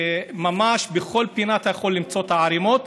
שממש בכל פינה אתה יכול למצוא את הערימות.